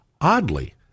Oddly